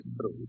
true